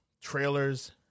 trailers